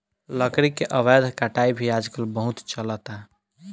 लकड़ी के अवैध कटाई भी आजकल बहुत चलता